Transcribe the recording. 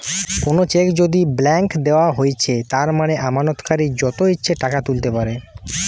কোনো চেক যদি ব্ল্যাংক দেওয়া হৈছে তার মানে আমানতকারী যত ইচ্ছে টাকা তুলতে পাইরে